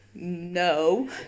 No